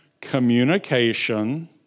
communication